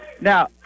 Now